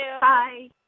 Bye